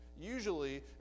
Usually